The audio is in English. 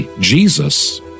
Jesus